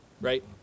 right